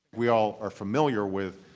we all are familiar with